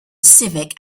civic